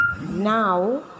Now